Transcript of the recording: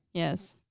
yes.